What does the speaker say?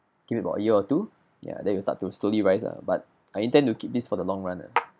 give it about a year or two ya then it will start to slowly rise ah but I intend to keep this for the long run ah